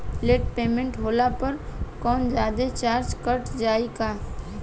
Late payment होला पर कौनोजादे चार्ज कट जायी का?